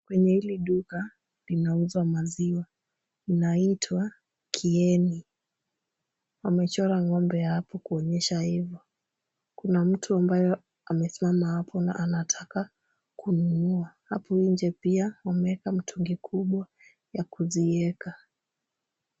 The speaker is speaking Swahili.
Kwenye hili duka linauzwa maziwa. Linaitwa Kieni. Wamechora ng'ombe hapo kuonyesha hivyo. Kuna mtu ambayo amesimama hapo na anataka kununua. Hapo nje pia wameweka mtungi kubwa ya kuzieka.